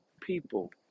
people